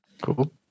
Cool